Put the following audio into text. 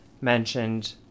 mentioned